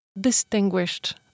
distinguished